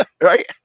right